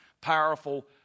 powerful